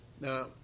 Now